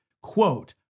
quote